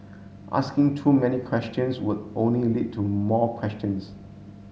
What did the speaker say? asking too many questions would only lead to more questions